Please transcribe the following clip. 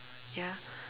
ya